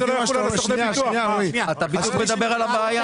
אתה בדיוק מדבר על הבעיה.